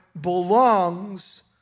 belongs